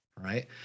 right